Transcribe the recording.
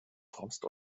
frost